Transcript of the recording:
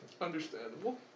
Understandable